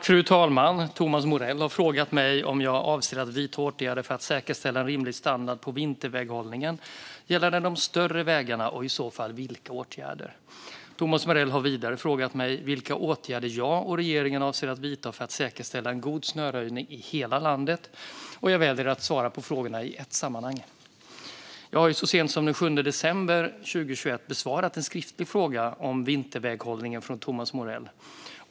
Fru talman! Thomas Morell har frågat mig om jag avser att vidta åtgärder för att säkerställa en rimlig standard på vinterväghållningen gällande de större vägarna, och i så fall vilka åtgärder. Thomas Morell har vidare frågat mig vilka åtgärder jag och regeringen avser att vidta för att säkerställa en god snöröjning i hela landet. Jag väljer att svara på frågorna i ett sammanhang. Jag har så sent som den 7 december 2021 besvarat en skriftlig fråga om vinterväghållningen från Thomas Morell.